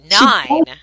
Nine